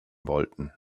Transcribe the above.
wollten